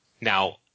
now